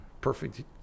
perfect